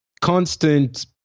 constant